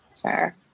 Sure